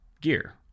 gear